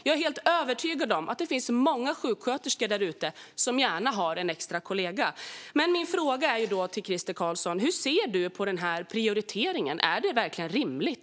Jag är helt övertygad om att det finns många sjuksköterskor där ute som gärna har en extra kollega. Min fråga till dig, Crister Carlsson, är: Hur ser du på denna prioritering? Är det verkligen rimligt?